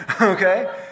okay